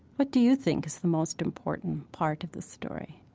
what do you think is the most important part of the story?